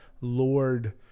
Lord